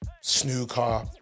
snooker